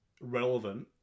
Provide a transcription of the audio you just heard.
relevant